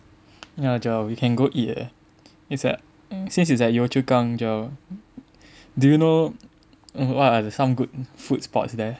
ya Joel we can go eat eh it's at since it's at Yio Chu Kang Joel do you know what are the some good food spots there